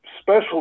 special